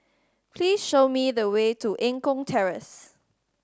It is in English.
please show me the way to Eng Kong Terrace